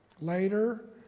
later